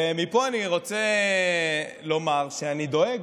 ומפה אני רוצה לומר שאני דואג.